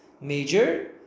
major